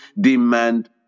demand